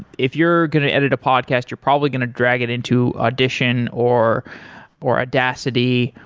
if you're going to edit a podcast you're probably going to drag it into audition or or audacity,